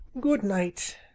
Good-night